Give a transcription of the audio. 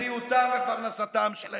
בריאותם ופרנסתם של האזרחים.